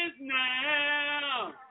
now